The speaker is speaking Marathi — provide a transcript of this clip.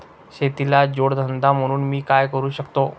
शेतीला जोड धंदा म्हणून मी काय करु शकतो?